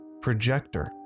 projector